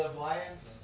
um lions